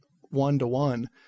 one-to-one